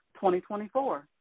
2024